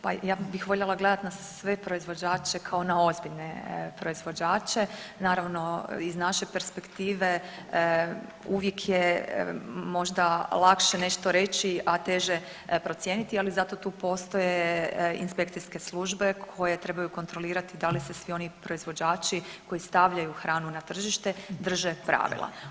Pa ja bih voljela gledati na sve proizvođače kao na ozbiljne proizvođače, naravno iz naše perspektive uvijek je možda lakše nešto reći, a teže procijeniti, ali zato tu postoje inspekcijske službe koje trebaju kontrolirati da li se svi oni proizvođači koji stavljaju hranu na tržište drže pravila.